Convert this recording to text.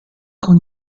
con